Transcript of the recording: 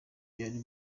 byari